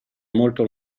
molto